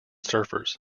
surfers